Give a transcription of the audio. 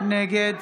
נגד